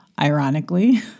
ironically